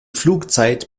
flugzeit